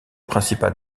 principal